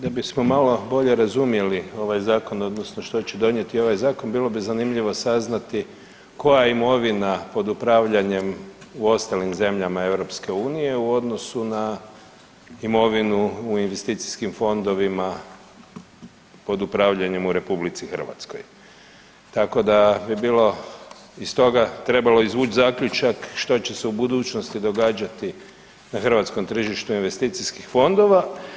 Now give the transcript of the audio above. Da bismo malo bolje razumjeli ovaj zakon odnosno što će donijeti ovaj zakon bilo bi zanimljivo saznati koja je imovina pod upravljanjem u ostalim zemljama EU u odnosu na imovinu u investicijskim fondovima pod upravljanjem u RH, tako da bi bilo iz toga trebalo izvuć zaključak što će se u budućnosti događati na hrvatskom tržištu investicijskih fondova.